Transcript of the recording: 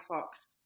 fox